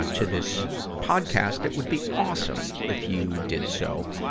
to this podcast, it would be awesome if you did so.